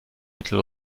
mittel